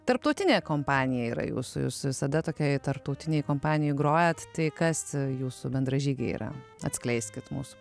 tarptautinė kompanija yra jūsų jūs visada tokioj tarptautinėj kompanijoj grojat tai kas jūsų bendražygiai yra atskleiskit mus